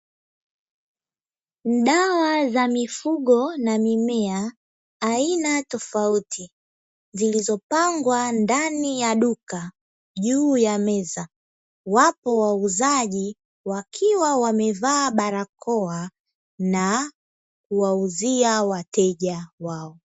Dawa za Mifugo na mimea aina tofauti, zilizopangwa ndani ya duka juu ya meza, wapo wauzaji wakiwa wamevaa barakoa, na kuwauzia wateja wao.